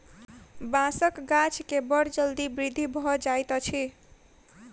बांसक गाछ के बड़ जल्दी वृद्धि भ जाइत अछि